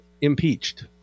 impeached